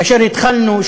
כאשר התחלנו,